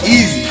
Easy